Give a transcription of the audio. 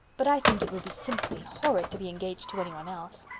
but i think it would be simply horrid to be engaged to anyone else.